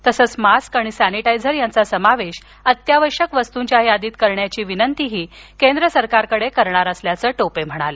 तसंच मास्क आणि सॅनिटायझर यांचा समावेश अत्यावश्यक वस्तूंच्या यादीत करण्याची विनंतीही केंद्र सरकारकडं करणार असल्याचं त्यांनी सांगितलं